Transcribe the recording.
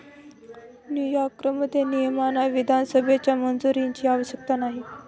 न्यूयॉर्कमध्ये, नियमांना विधानसभेच्या मंजुरीची आवश्यकता नाही